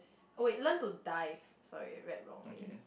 oh wait learn to dive sorry I read wrongly